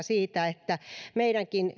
siitä että meidänkin